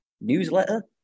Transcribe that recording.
Newsletter